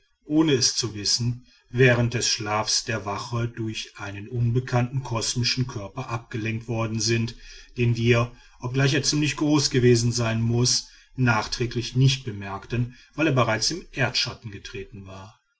ohne es zu wissen während des schlafs der wache durch einen unbekannten kosmischen körper abgelenkt worden sind den wir obgleich er ziemlich groß gewesen sein muß nachträglich nicht bemerkten weil er bereits in den erdschatten getreten war